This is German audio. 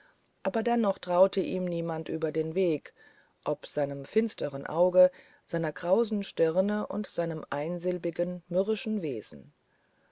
aber dennoch traute ihm niemand über den weg ob seinem finsteren auge seiner krausen stirne und seinem einsilbigen mürrischen wesen